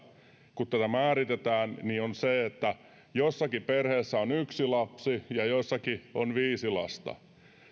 kun tätä määritetään on se että jossakin perheessä on yksi lapsi ja jossakin on viisi lasta